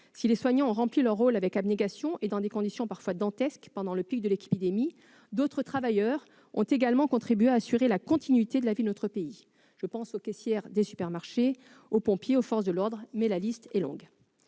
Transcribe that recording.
si les soignants ont rempli leur rôle avec abnégation et dans des conditions parfois dantesques pendant le pic de l'épidémie, d'autres travailleurs ont également contribué à assurer la continuité de la vie de notre pays. Je pense aux caissières des supermarchés, aux pompiers, aux forces de l'ordre, mais la liste est longue.